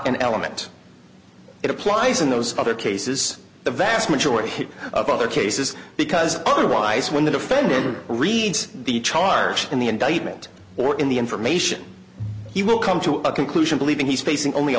an element it applies in those other cases the vast majority of other cases because otherwise when the defendant reads the charge in the indictment or in the information he will come to a conclusion believing he's facing only a